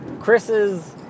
Chris's